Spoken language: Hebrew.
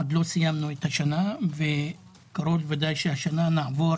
עוד לא סיימנו את השנה, וקרוב לוודאי שהשנה נעבור